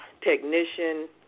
Technician